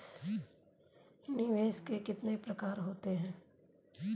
निवेश के कितने प्रकार होते हैं?